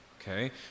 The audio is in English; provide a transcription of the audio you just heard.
okay